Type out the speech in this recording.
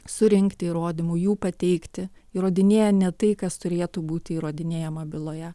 surinkti įrodymų jų pateikti įrodinėja ne tai kas turėtų būti įrodinėjama byloje